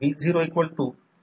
साधारणपणे 3 ते 5 टक्के